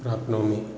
प्राप्नोमि